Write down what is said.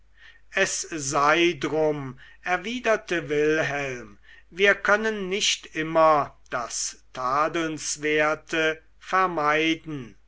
es sei drum erwiderte wilhelm wir können nicht immer das tadelnswerte vermeiden